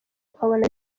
ukabona